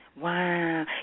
Wow